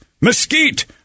mesquite